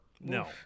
No